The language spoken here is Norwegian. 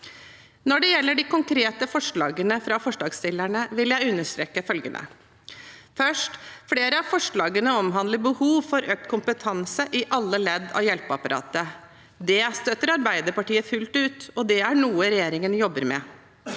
Når det gjelder de konkrete forslagene fra forslagsstillerne, vil jeg understreke følgende: Flere av forslagene omhandler behov for økt kompetanse i alle ledd av hjelpeapparatet. Det støtter Arbeiderpartiet fullt ut, og det er noe regjeringen jobber med.